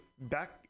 back